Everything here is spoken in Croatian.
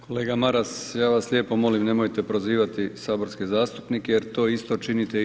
Kolega Maras ja vas lijepo molim nemojte prozivati saborske zastupnike jer to isto činite i vi.